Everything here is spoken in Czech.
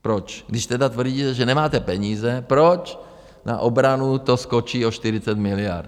Proč, když tedy tvrdí, že nemáte peníze, proč na obranu to skočí o 40 miliard?